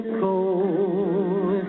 cold